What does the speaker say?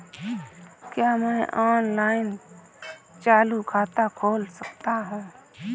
क्या मैं ऑनलाइन चालू खाता खोल सकता हूँ?